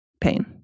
pain